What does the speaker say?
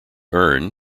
urn